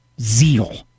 zeal